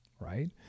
right